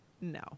no